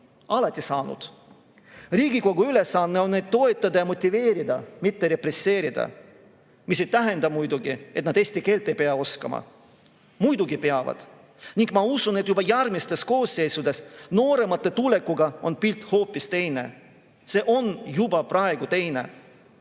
Alati on saanud. Riigikogu ülesanne on neid toetada ja motiveerida, mitte represseerida. Mis ei tähenda muidugi, et nad eesti keelt ei pea oskama. Muidugi peavad ning ma usun, et juba järgmistes koosseisudes, nooremate tulekuga on pilt hoopis teine. See on juba praegu teine.